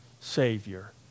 Savior